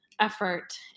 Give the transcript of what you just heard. effort